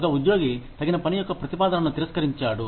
ఒక ఉద్యోగి తగిన పని యొక్క ప్రతిపాదనను తిరస్కరించాడు